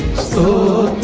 so